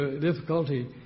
difficulty